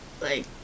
Like-